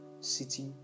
city